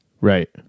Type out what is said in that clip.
right